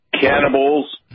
cannibals